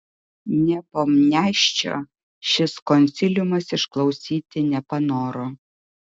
nepomniaščio šis konsiliumas išklausyti nepanoro